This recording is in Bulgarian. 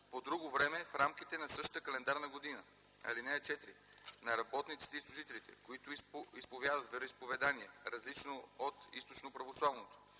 по друго време в рамките на същата календарна година. (4) На работниците и служителите, които изповядват вероизповедание, различно от източноправославното,